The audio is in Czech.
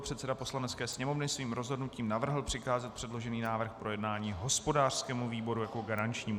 Předseda Poslanecké sněmovny svým rozhodnutím navrhl přikázat předložený návrh k projednání hospodářskému výboru jako garančnímu.